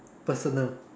personal